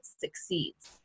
succeeds